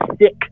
sick